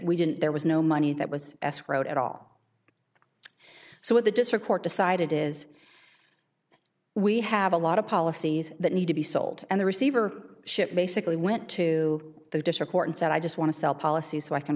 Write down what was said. we didn't there was no money that was escrowed at all so what the district court decided is we have a lot of policies that need to be sold and the receiver ship basically went to the district court and said i just want to sell policies so i can